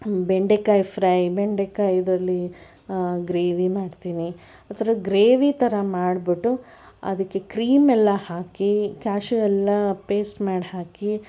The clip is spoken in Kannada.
ಬೆಂಡೆಕಾಯಿ ಫ್ರೈ ಬೆಂಡೆಕಾಯಿದ್ರಲ್ಲಿ ಗ್ರೇವಿ ಮಾಡ್ತೀನಿ ಆ ಥರ ಗ್ರೇವಿ ಥರ ಮಾಡ್ಬಿಟ್ಟು ಅದಕ್ಕೆ ಕ್ರೀಮ್ ಎಲ್ಲ ಹಾಕಿ ಕ್ಯಾಶೂ ಎಲ್ಲ ಪೇಸ್ಟ್ ಮಾಡಿ ಹಾಕಿ